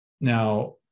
Now